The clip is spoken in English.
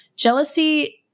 Jealousy